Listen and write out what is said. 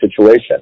situation